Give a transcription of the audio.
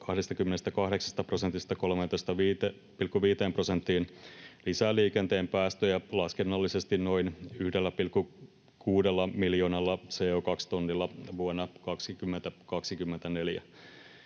28 prosentista 13,5 prosenttiin lisää liikenteen päästöjä laskennallisesti noin 1,6 miljoonalla CO2-tonnilla vuonna 2024.